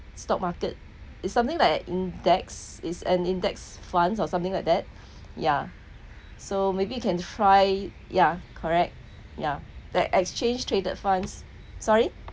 stock market is something like index is an index funds or something like that ya so maybe you can try ya correct ya that exchange traded funds sorry